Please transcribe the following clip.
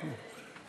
כן.